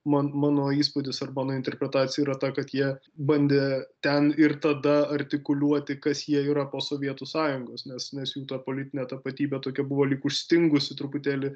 man mano įspūdis ar mano interpretacija yra ta kad jie bandė ten ir tada artikuliuoti kas jie yra po sovietų sąjungos nes nes jų ta politinė tapatybė tokia buvo lyg užstingusi truputėlį